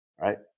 right